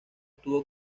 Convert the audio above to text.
tuvo